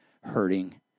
hurting